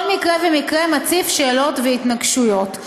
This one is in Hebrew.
כל מקרה ומקרה מציף שאלות והתנגשויות.